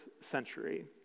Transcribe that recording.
century